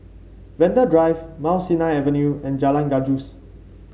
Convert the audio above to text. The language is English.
Vanda Drive Mount Sinai Avenue and Jalan Gajus